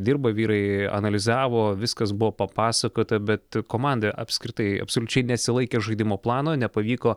dirba vyrai analizavo viskas buvo papasakota bet komanda apskritai absoliučiai nesilaikė žaidimo plano nepavyko